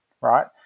right